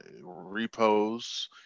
repos